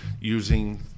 using